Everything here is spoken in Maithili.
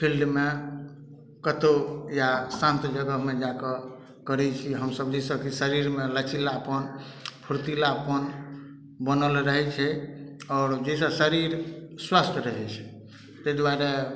फील्डमे कतौ या शान्त जगहमे जाकऽ करै छी हमसब जाहिसँ कि शरीरमे लचीलापन फुर्तीलापन बनल रहै छै आओर जाहिसँ शरीर स्वस्थ रहै छै तैॅं दुआरे